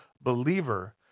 believer